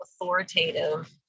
authoritative